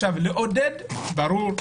לעודד ברור.